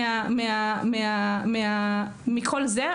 מכל זה.